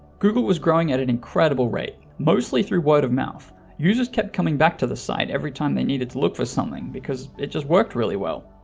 google was growing at an incredible rate, mostly through word-of-mouth. users kept coming back to the site every time they needed to look for something because it just worked really well.